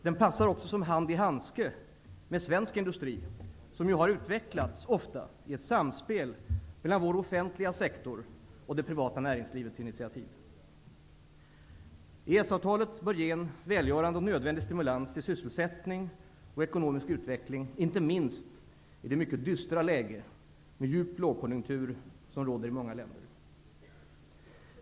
Den passar också som hand i handske med svensk industri, som ju ofta har utvecklats i ett samspel mellan vår offentliga sektor och det privata näringslivets initiativ. EES-avtalet bör ge en välgörande och nödvändig stimulans till sysselsättning och ekonomisk utveckling inte minst i det mycket dystra läge med djup lågkonjunktur som råder i många länder.